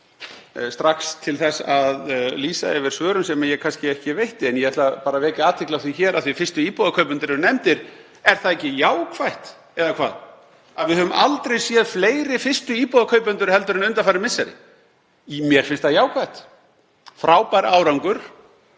strax til þess að lýsa yfir svörum sem ég veitti kannski ekki. En ég ætla bara að vekja athygli á því hér, af því að fyrstu íbúðarkaupendur eru nefndir: Er það ekki jákvætt, eða hvað, að við höfum aldrei séð fleiri fyrstu íbúðarkaupendur en undanfarin misseri? Mér finnst það jákvætt. Frábær árangur